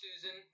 Susan